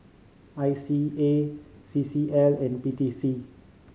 I C A C C L and P T C